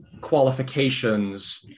qualifications